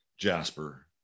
Jasper